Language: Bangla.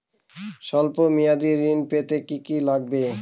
সল্প মেয়াদী ঋণ পেতে কি কি লাগবে?